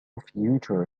future